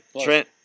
Trent